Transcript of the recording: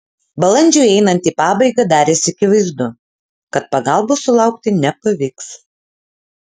balandžiui einant į pabaigą darėsi akivaizdu kad pagalbos sulaukti nepavyks